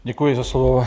Děkuji za slovo.